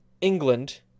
England